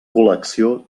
col·lecció